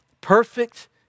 perfect